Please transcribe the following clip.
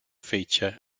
feature